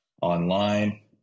online